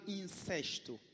incesto